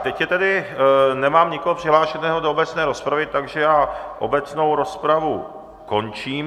Teď tedy nemám nikoho přihlášeného do obecné rozpravy, takže obecnou rozpravu končím.